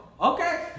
okay